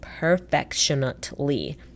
perfectionately